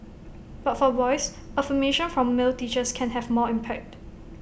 but for boys affirmation from male teachers can have more impact